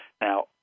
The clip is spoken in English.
Now